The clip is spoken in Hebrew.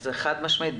חד משמעית.